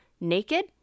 naked